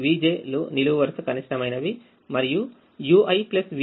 vj లు నిలువు వరుస కనిష్టమైనవి మరియు uivj ≤ Cij